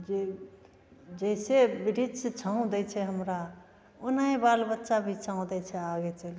जे जैसे बिरिछ छाँव दै छै हमरा ओनाही बालबच्चाभी छाँव दै छै आबैत छै तऽ